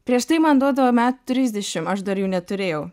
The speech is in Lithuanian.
prieš tai man duodavo metų trisdešim aš dar jų neturėjau